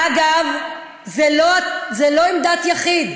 אגב, זו לא עמדת יחיד.